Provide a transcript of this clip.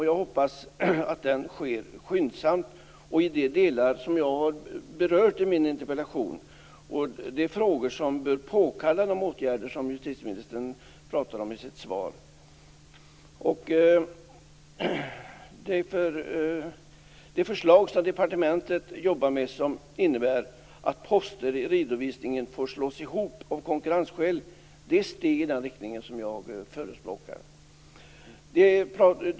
Jag hoppas att den sker skyndsamt och omfattar de delar som jag har berört i min interpellation och de frågor som bör påkalla de åtgärder som justitieministern pratar om i sitt svar. Det förslag som departementet jobbar med och som innebär att poster i redovisningen får slås ihop av konkurrensskäl är ett steg i den riktning som jag förespråkar.